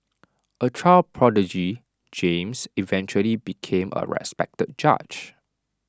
A child prodigy James eventually became A respected judge